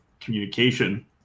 communication